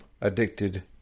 addicted